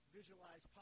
visualize